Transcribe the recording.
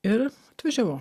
ir atvažiavau